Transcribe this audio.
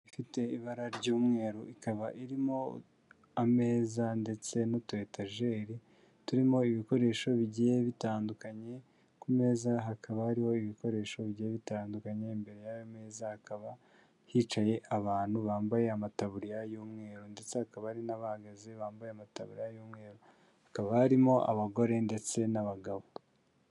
Inzu ifite ibara ry'umweru ikaba irimo ameza ndetse n'utuetajeri turimo ibikoresho bigiye bitandukanye, ku meza hakaba hariho ibikoresho bigiye bitandukanye, imbere yayo meza hakaba hicaye abantu bambaye amataburiya y'umweru ndetse hakaba hari n'abahagaze bambaye amataburiya y'umweru, hakaba harimo abagore ndetse n'abagabo.